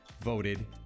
voted